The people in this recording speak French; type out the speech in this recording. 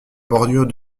bordure